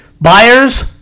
Buyers